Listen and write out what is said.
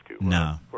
No